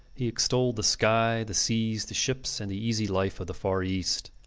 he extolled the sky, the seas, the ships, and the easy life of the far east.